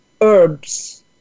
herbs